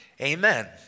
amen